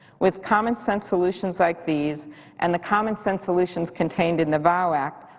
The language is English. with commonsense solutions like these and the commonsense solutions contained in the vow act,